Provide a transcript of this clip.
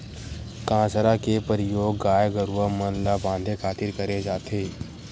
कांसरा के परियोग गाय गरूवा मन ल बांधे खातिर करे जाथे